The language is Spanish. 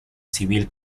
civil